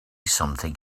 something